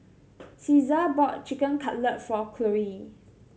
Caesar bought Chicken Cutlet for Cloe